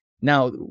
Now